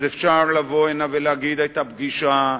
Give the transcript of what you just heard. אז אפשר לבוא הנה ולהגיד: היתה פגישה,